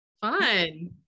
Fun